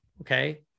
Okay